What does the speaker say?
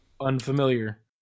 Unfamiliar